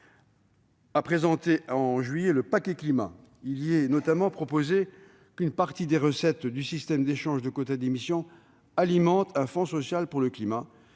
a présenté en juillet le paquet Climat. Il y est notamment proposé qu'une partie des recettes du système d'échange de quotas d'émission alimente un fonds social pour le climat,